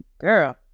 girl